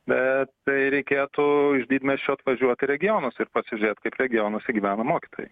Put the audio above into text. bet tai reikėtų iš didmiesčio atvažiuoti regionuose ir pasižiūrėti kaip regionuose gyvena mokytojai